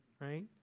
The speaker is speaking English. Right